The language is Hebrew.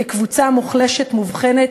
כקבוצה מוחלשת מובחנת,